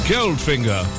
Goldfinger